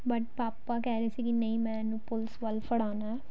but ਪਾਪਾ ਕਹਿ ਰਹੇ ਸੀ ਕਿ ਨਹੀਂ ਮੈਂ ਇਹਨੂੰ ਪੁਲਿਸ ਵੱਲ ਫੜਾਉਣਾ